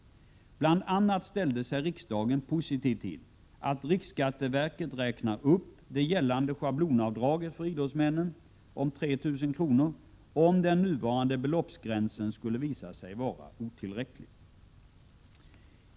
Bl. a. ställde sig riksdagen positiv till att riksskatteverket räknar upp det gällande schablonavdraget för idrottsmännen om 3 000 kr. om den nuvarande beloppsgränsen skulle visa sig vara otillräcklig.